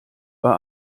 war